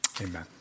Amen